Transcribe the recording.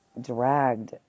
dragged